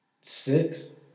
six